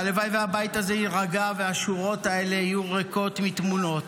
והלוואי והבית הזה יירגע והשורות האלה יהיו ריקות מתמונות,